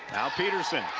now petersen